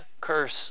curse